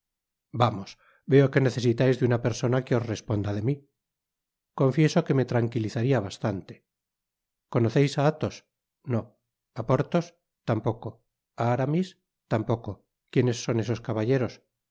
vamos veo que necesitais de una persona que os responda de mi confieso que me tranquilizaria bastante conoceis á athos no a porthos tampoco a aramis tampoco quiénes son esos caballeros